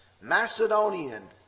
Macedonian